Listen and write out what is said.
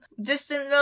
distant